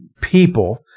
people